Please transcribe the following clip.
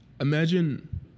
Imagine